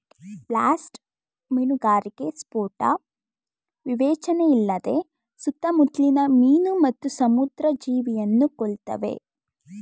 blast ಮೀನುಗಾರಿಕೆ ಸ್ಫೋಟ ವಿವೇಚನೆಯಿಲ್ಲದೆ ಸುತ್ತಮುತ್ಲಿನ ಮೀನು ಮತ್ತು ಸಮುದ್ರ ಜೀವಿಯನ್ನು ಕೊಲ್ತವೆ